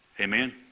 Amen